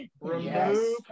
remove